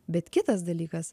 bet kitas dalykas